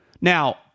Now